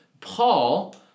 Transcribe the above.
Paul